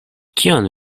kion